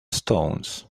stones